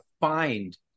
find